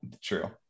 True